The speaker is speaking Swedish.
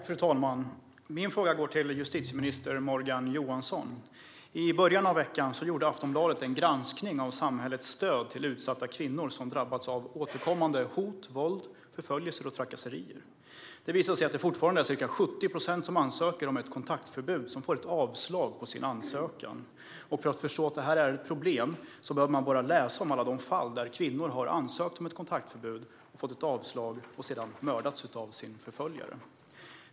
Fru talman! Min fråga går till justitieminister Morgan Johansson. I början av veckan gjorde Aftonbladet en granskning av samhällets stöd till utsatta kvinnor som drabbats av återkommande hot, våld, förföljelse och trakasserier. Det visade sig att ca 70 procent av dem som ansöker om kontaktförbud får avslag på sin ansökan. För att förstå att det här är ett problem behöver man bara läsa om alla de fall där kvinnor har ansökt om ett kontaktförbud, fått avslag och sedan mördats av sin förföljare.